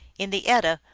in the edda,